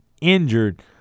injured